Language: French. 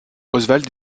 oswald